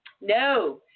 No